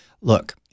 look